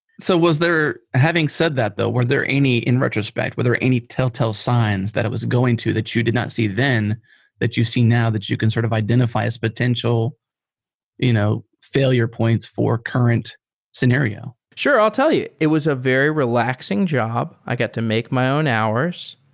so having said that though, were there any in retrospect, were there any telltale signs that it was going to that you did not see then that you see now that you can sort of identify as potential you know failure points for current scenario? sure. i'll tell you. it was a very relaxing job. i get to make my own hours.